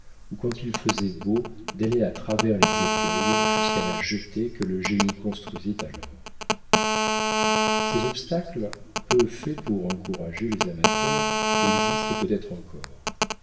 ou quand il faisait beau d'aller à travers les écueils jusqu'à la jetée que le génie construisait alors ces obstacles peu faits pour encourager les amateurs existent peut-être encore